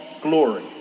glory